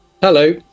Hello